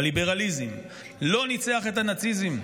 הליברליזם לא ניצח את הנאציזם?